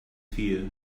fear